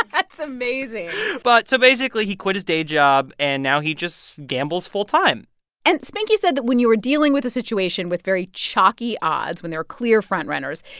that's amazing but so basically, he quit his day job, and now he just gambles full time and spanky said that when you were dealing with a situation with very chalky odds, when there are clear front-runners,